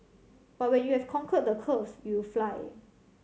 but when you have conquered the curves you will fly